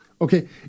Okay